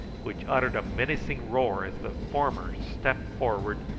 which uttered a menacing roar as the former stepped forward,